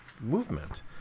movement